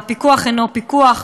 והפיקוח אינו פיקוח,